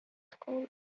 school